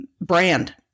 brand